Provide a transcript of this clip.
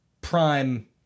prime